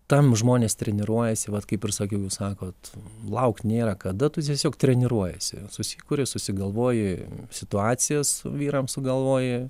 tam žmonės treniruojasi vat kaip ir sakiau jūs sakot laukt nėra kada tu tiesiog treniruojiesi susikuri susigalvoji situacijas vyrams sugalvoji